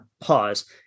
pause